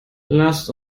lasst